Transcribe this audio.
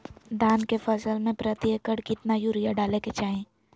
धान के फसल में प्रति एकड़ कितना यूरिया डाले के चाहि?